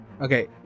Okay